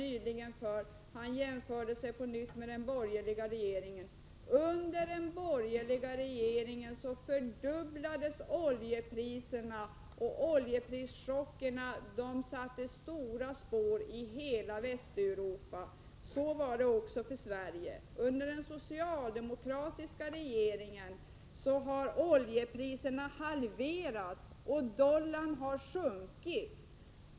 Torsten Karlsson jämförde på nytt förhållandena med situationen under den borgerliga regeringens tid. Men under den perioden fördubblades oljepriserna — oljechockerna satte kraftiga spår i hela Västeuropa, även i Sverige. Under den socialdemokratiska regeringens tid har oljepriserna halverats, och dollarn har sjunkit.